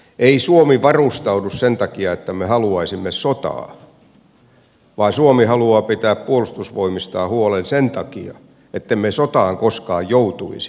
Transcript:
ei suomi varustaudu sen takia että me haluaisimme sotaa vaan suomi haluaa pitää puolustusvoimistaan huolen sen takia ettemme sotaan koskaan joutuisi